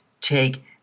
take